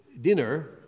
dinner